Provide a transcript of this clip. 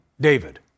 David